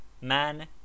Man